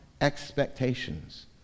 expectations